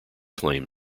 claim